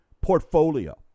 portfolio